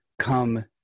come